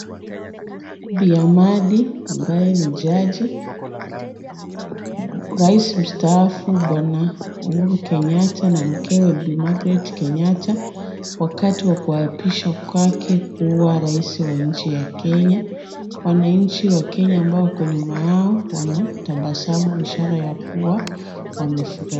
Bi. Hamadi ambaye ni Jaji, Rais mstaafu Bwana Uhuru Kenyatta na mkewe Bi. Margret Kenyatta ,wakati wa kuapishwa, kwake kua rais wa nchi ya Kenya ,wananchi wa Kenya ambao wako nyuma yao wanatabasamu ishara ya kua wamefurahi .